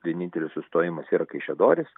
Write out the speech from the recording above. vienintelis sustojimas yra kaišiadorys